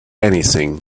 anything